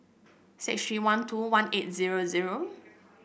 six three one two one eight zero zero